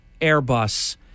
Airbus